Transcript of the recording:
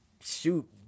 shoot